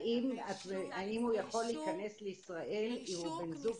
האם הוא יכול להיכנס לישראל אם הוא בן זוג